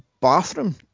bathroom